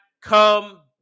come